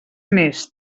més